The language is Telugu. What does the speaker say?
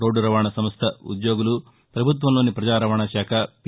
రోడ్లు రవాణా సంస్థ ఉద్యోగులు ప్రభుత్వంలోని పజా రవాణా శాఖపి